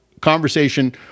conversation